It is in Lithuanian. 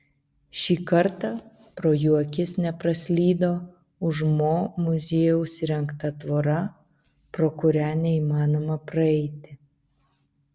šį kartą pro jų akis nepraslydo už mo muziejaus įrengta tvora pro kurią neįmanoma praeiti